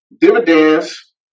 dividends